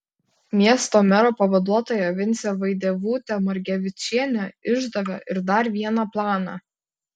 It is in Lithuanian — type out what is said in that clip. miesto mero pavaduotoja vincė vaidevutė margevičienė išdavė ir dar vieną planą